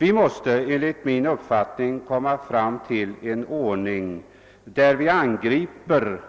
Vi måste enligt min uppfattning komma fram till en ordning där vi angriper